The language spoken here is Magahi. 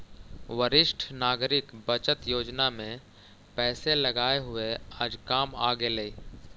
वरिष्ठ नागरिक बचत योजना में पैसे लगाए हुए आज काम आ गेलइ